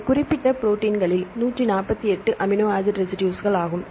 அவை குறிப்பிட்ட ப்ரோடீன்னில் 148 அமினோ ஆசிட் ரெசிடுஸ்கள் ஆகும்